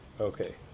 Okay